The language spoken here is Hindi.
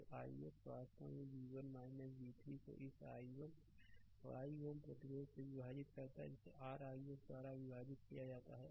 तो ix वास्तव में v1 v3 को इस 1 Ω प्रतिरोध से विभाजित करता है जिसे r ix द्वारा विभाजित किया जाता है